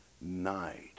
night